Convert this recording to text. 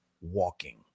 walking